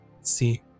see